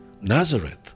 Nazareth